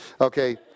Okay